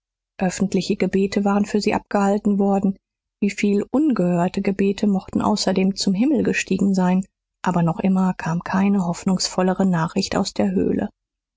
öffentliche gebete waren für sie abgehalten worden wieviel ungehörte gebete mochten außerdem zum himmel gestiegen sein aber noch immer kam keine hoffnungsvollere nachricht aus der höhle